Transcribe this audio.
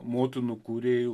motinų kūrėjų